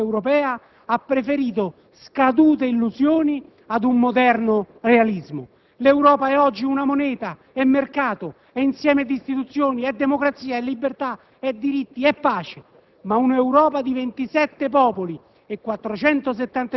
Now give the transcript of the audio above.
Proprio la Francia di Giscard, presidente della Convenzione europea, ha preferito scadute illusioni ad un moderno realismo. L'Europa è oggi una moneta, è mercato, è insieme di istituzioni, è democrazia, è libertà, è diritti, è pace.